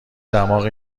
دماغ